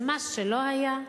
זה מס שלא היה,